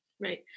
Right